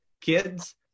Kids